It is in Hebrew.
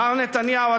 מר נתניהו,